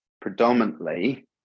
predominantly